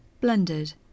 blended